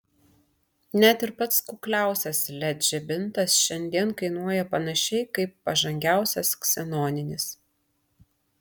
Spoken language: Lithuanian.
net ir pats kukliausias led žibintas šiandien kainuoja panašiai kaip pažangiausias ksenoninis